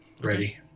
ready